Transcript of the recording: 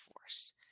force